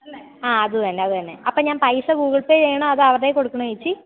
അല്ലേ ആ അതു തന്നെ അതു തന്നെ അപ്പോള് ഞാൻ പൈസ ഗൂഗിൽ പേ ചെയ്യണോ അവരുടെ കയ്യിൽ കൊടുക്കണോ ചേച്ചീ